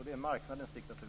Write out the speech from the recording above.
Det är marknadens diktatur.